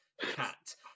cat